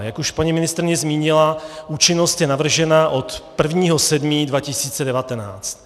Jak už paní ministryně zmínila, účinnost je navržena od 1. 7. 2019.